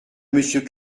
monsieur